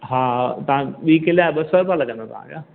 हा तव्हां ॿीं किले जा ॿ सौ रुपया लॻंदव तव्हांजा हा